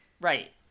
Right